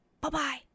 Bye-bye